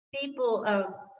people